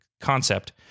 concept